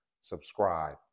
Subscribe